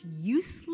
useless